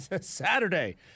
Saturday